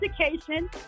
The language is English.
education